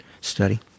study